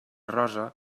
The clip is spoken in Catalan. rosa